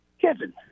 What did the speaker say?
Kevin